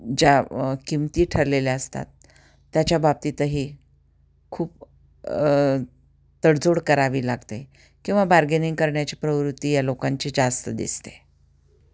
ज्या किमती ठरलेल्या असतात त्याच्या बाबतीतही खूप तडजोड करावी लागते किंवा बार्गेनिंग करण्याची प्रवृत्ती या लोकांची जास्त दिसते